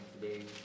Today